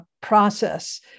process